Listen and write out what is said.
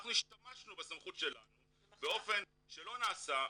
אנחנו השתמשנו בסמכות שלנו באופן שלא נעשה,